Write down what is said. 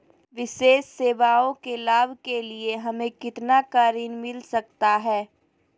विशेष सेवाओं के लाभ के लिए हमें कितना का ऋण मिलता सकता है?